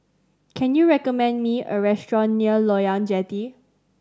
can you recommend me a restaurant near Loyang Jetty